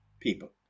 people